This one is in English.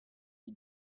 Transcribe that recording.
you